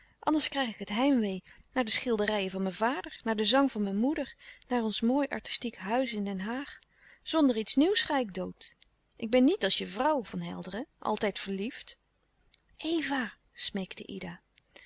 anders krijg ik het heimwee naar de schilderijen van mijn vader naar den zang van mijn moeder naar ons mooi artistiek huis in den haag zonder iets nieuws ga ik dood ik ben niet als je vrouw van helderen altijd verliefd eva smeekte ida